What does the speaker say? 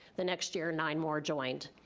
the next year, nine more joined.